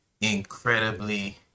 incredibly